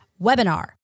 webinar